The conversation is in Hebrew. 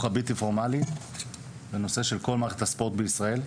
הבלתי פורמלי ונושא כל מערכת הספורט בישראל,